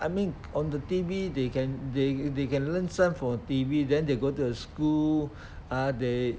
I mean on the T_V they can they can learn some from T_V then they go to school ah they